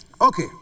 Okay